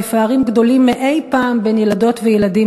בפערים גדולים מאי-פעם בין ילדות וילדים